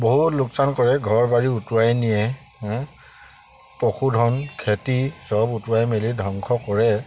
বহুত লোকচান কৰে ঘৰ বাৰী উটুৱাই নিয়ে পশুধন খেতি সব উটুৱাই মেলি ধ্বংস কৰে